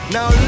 Now